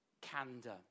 candor